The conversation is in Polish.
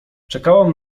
czekałam